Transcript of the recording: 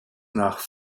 nach